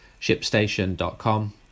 shipstation.com